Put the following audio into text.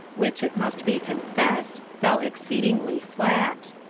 which, it must be confessed, fell exceedingly flat.